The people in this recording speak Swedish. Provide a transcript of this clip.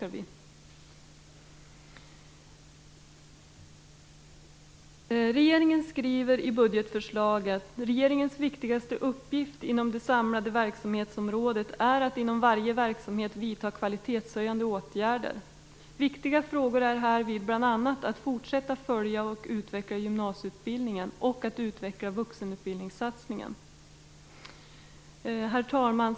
Regeringen skriver i budgetförslaget: Regeringens viktigaste uppgift inom det samlade verksamhetsområdet är att inom varje verksamhet vidta kvalitetshöjande åtgärder. Viktiga frågor är härvid bl.a. att fortsätta följa och utveckla gymnasieutbildningen och att utveckla vuxenutbildningssatsningen. Herr talman!